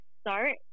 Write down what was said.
start